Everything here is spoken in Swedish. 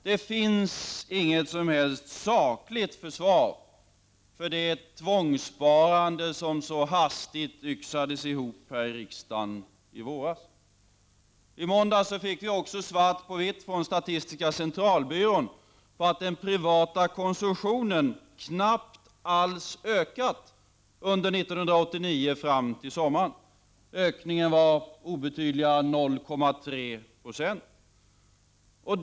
Det finns inte något som helst sakligt försvar för att genomföra det förslag om tvångssparande som så hastigt yxades ihop här i riksdagen i våras. I måndags fick vi också svart på vitt från statistiska centralbyrån på att den privata konsumtionen knappt ökat alls under det första halvåret av 1989. Ökningen var så obetydlig som 0,3 Zo.